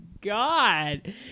God